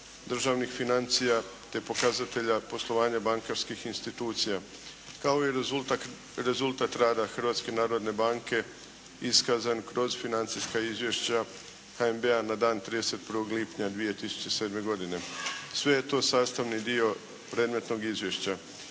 državnih financija te pokazatelja poslovanja bankarskih institucija kao i rezultat rada Hrvatske narodne banke iskazan kroz financijska izvješća HNB-a na dan 31. lipnja 2007. godine. Sve je to sastavni dio predmetnog izvješća.